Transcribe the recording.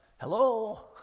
hello